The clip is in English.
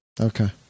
Okay